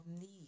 need